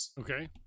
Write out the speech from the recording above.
okay